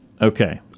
Okay